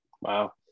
Wow